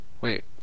Wait